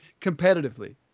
competitively